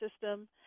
system